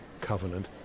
covenant